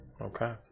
Okay